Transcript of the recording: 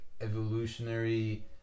evolutionary